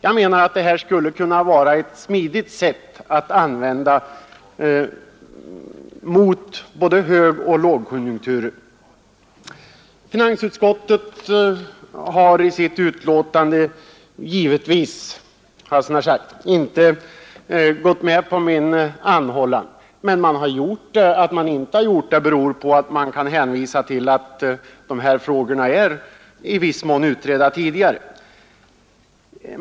Jag menar att det här skulle kunna vara ett smidigt sätt att använda mot både högoch lågkonjunkturer. Finansutskottet har i sitt betänkande givetvis, hade jag så när sagt, inte gått med på min anhållan. Men att man inte har gjort det beror på att man kan hänvisa till att de:här frågorna redan är i viss mån utredda tidigare.